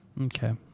Okay